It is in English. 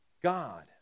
God